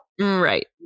Right